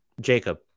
Jacob